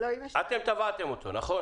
אתם תבעתם אותו, נכון?